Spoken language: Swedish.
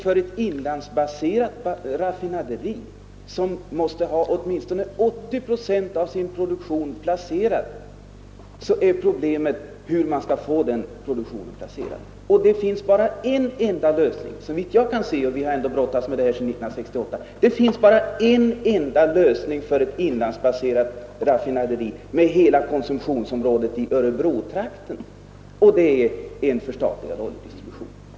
För ett inlandsbaserat raffinaderi ligger problemet i att kunna placera produktionen. Vi har brottats med detta problem ända sedan 1968, och såvitt jag kan se finns bara en enda lösning för ett sådant raffinaderi med hela konsumtionsområdet i Örebrotrakten att täcka tillräcklig andel av marknaden: en förstatligad oljedistribution.